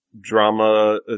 drama